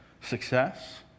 success